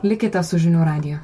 likite su žinių radiju